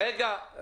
רגע.